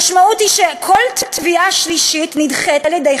המשמעות היא שכל תביעה שלישית נדחית על-ידי